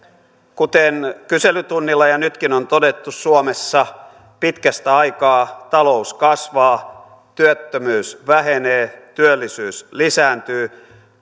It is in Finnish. kuten kyselytunnilla ja nytkin on todettu suomessa pitkästä aikaa talous kasvaa työttömyys vähenee työllisyys lisääntyy